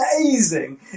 amazing